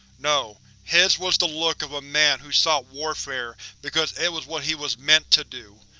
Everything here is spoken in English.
no, his was the look of a man who sought warfare because it was what he was meant to do.